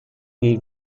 nei